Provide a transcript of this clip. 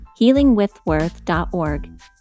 healingwithworth.org